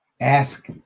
Ask